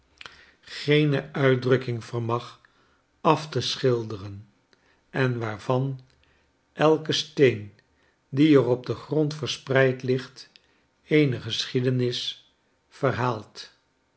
geene uitdrukking vermag af te schilderen en waarvan elke steen die er op den grond verspreid ligt eene geschiedenis verhaalt